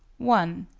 one.